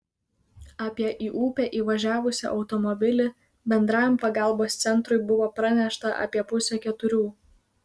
apie į upę įvažiavusį automobilį bendrajam pagalbos centrui buvo pranešta apie pusę keturių